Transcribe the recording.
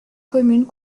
communes